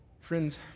Friends